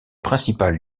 principal